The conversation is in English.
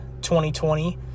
2020